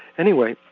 anyway,